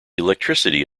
electricity